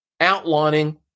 outlining